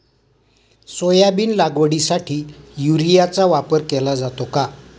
Soybean लागवडीसाठी युरियाचा वापर केला जातो का?